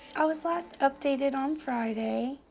i was last updated on friday.